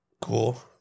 Cool